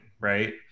Right